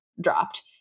dropped